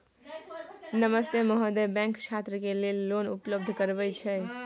नमस्ते महोदय, बैंक छात्र के लेल लोन उपलब्ध करबे छै?